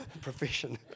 profession